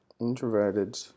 introverted